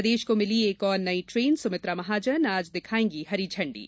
प्रदेश को मिली एक और नई ट्रेन सुमित्रा महाजन आज दिखायेंगी हरी झंडी